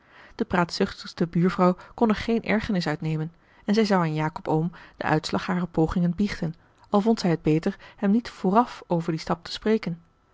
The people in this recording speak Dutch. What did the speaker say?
de praatzuchtigste buurvrouw kon er geen ergernis uit nemen en zij zou aan jacob oom den uitslag harer pogingen biechten al vond zij het beter hem niet vooraf over dien stap te spreken